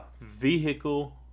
vehicle